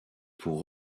pour